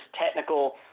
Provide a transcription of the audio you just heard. technical